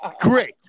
Great